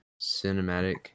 cinematic